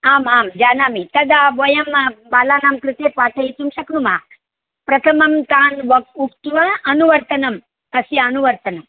आम् आं जानामि तदा वयं बालानां कृते पाठयितुं शक्नुमः प्रथमं तान् वक् उक्त्वा अनुवर्तनं तस्य अनुवर्तनं